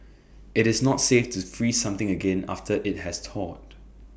IT is not safe to freeze something again after IT has thawed